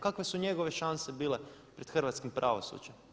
Kakve su njegove šanse bile pred hrvatskim pravosuđem?